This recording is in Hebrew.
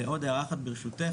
עוד הערה אחת ברשותך.